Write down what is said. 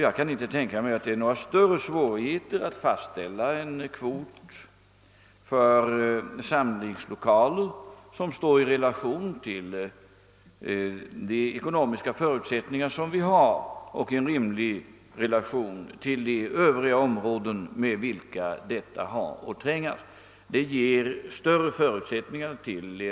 Jag kan inte tänka mig att det är några större svårigheter att fastställa en kvot för samlingslokaler som står i rimlig relation till de ekonomiska förutsättningar vi har och till de övriga områden med vilka detta har att trängas. Det ger större förutsättningar för